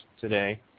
today